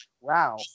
Wow